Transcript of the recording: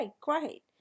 great